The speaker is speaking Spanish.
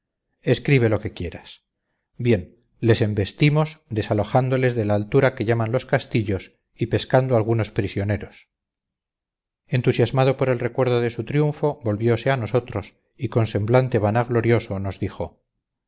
escribe lo que quieras bien les embestimos desalojándoles de la altura que llaman los castillos y pescando algunos prisioneros entusiasmado por el recuerdo de su triunfo volviose a nosotros y con semblante vanaglorioso nos dijo